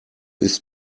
ist